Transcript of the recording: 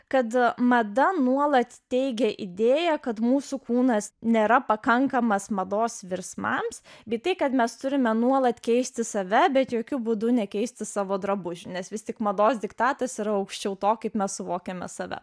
kad mada nuolat teigia idėją kad mūsų kūnas nėra pakankamas mados virsmams bei tai kad mes turime nuolat keisti save bet jokiu būdu nekeisti savo drabužių nes vis tik mados diktatas yra aukščiau to kaip mes suvokiame save